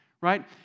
Right